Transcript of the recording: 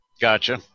Gotcha